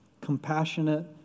Compassionate